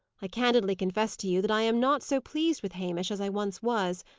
i candidly confess to you that i am not so pleased with hamish as i once was,